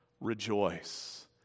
rejoice